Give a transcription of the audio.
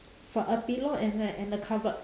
for a pillow and a and a cover